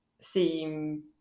seem